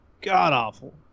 god-awful